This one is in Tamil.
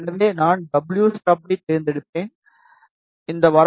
எனவே நான் wஸ்டப் ஐ தேர்ந்தெடுப்பேன் இந்த வரம்பு 0